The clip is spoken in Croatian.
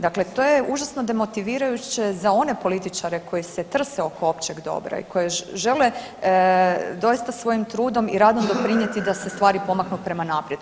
Dakle to je užasno demotivirajuće za one političare koji se trse oko općeg dobra i koje žele doista svojim trudom i radom doprinijeti da se stvari pomaknu prema naprijed.